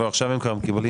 לא, עכשיו הם כבר מקבלים.